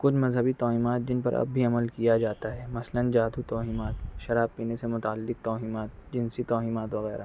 کچھ مذہبی توہمات جن پر اب بھی عمل کیا جاتا ہے مثلاً ذاتی توہمات شراب پینے سے متعلق توہمات جنسی توہمات وغیرہ